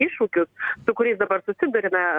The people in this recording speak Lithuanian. iššūkių su kuriais dabar susiduriame